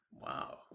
wow